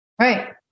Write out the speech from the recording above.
Right